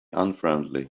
unfriendly